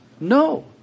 No